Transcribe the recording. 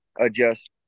adjust